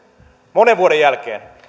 monen vuoden jälkeen